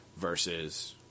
versus